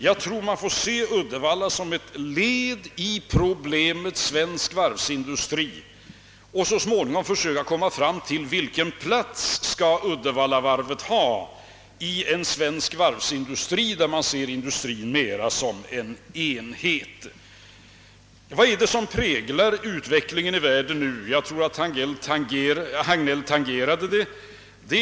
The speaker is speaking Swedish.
Jag tror att man får se Uddevallavarvet som ett led i problemet svensk varvsindustri och så småningom försöka komma fram till vilken plats varvet skall ha i svensk varvsindustri, betraktad mera som en enhet. Vad är det som präglar utvecklingen i världen nu — jag tror att herr Hagnell tangerade det?